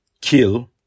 kill